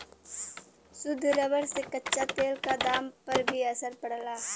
शुद्ध रबर से कच्चा तेल क दाम पर भी असर पड़ला